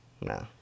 No